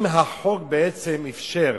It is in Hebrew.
אם החוק בעצם אפשר